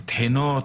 תחינות.